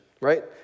right